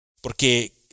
Porque